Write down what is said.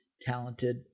talented